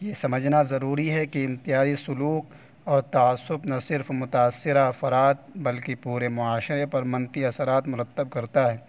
یہ سمجھنا ضروری ہے کہ امتیازی سلوک اور تعصب نہ صرف متاثرہ افراد بلکہ پورے معاشرے پر منفی اثرات مرتب کرتا ہے